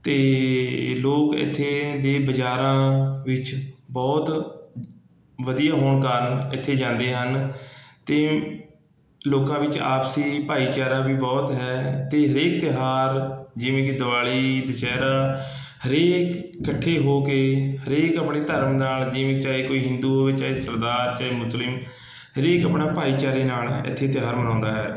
ਅਤੇ ਲੋਕ ਇੱਥੇ ਦੇ ਬਾਜ਼ਾਰਾਂ ਵਿੱਚ ਬਹੁਤ ਵਧੀਆ ਹੋਣ ਕਾਰਨ ਇੱਥੇ ਜਾਂਦੇ ਹਨ ਅਤੇ ਲੋਕਾਂ ਵਿੱਚ ਆਪਸੀ ਭਾਈਚਾਰਾ ਵੀ ਬਹੁਤ ਹੈ ਅਤੇ ਹਰੇਕ ਤਿਉਹਾਰ ਜਿਵੇਂ ਕਿ ਦੀਵਾਲੀ ਦੁਸਹਿਰਾ ਹਰੇਕ ਇਕੱਠੇ ਹੋ ਕੇ ਹਰੇਕ ਆਪਣੇ ਧਰਮ ਨਾਲ ਜਿਵੇਂ ਚਾਹੇ ਕੋਈ ਹਿੰਦੂ ਹੋਵੇ ਚਾਹੇ ਸਰਦਾਰ ਚਾਹੇ ਮੁਸਲਿਮ ਹਰੇਕ ਆਪਣਾ ਭਾਈਚਾਰੇ ਨਾਲ ਇੱਥੇ ਤਿਉਹਾਰ ਮਨਾਉਂਦਾ ਹੈ